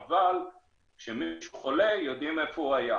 אבל כשמישהו חולה יודעים איפה הוא היה.